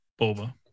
Boba